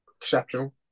exceptional